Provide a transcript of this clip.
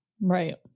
right